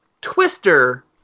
Twister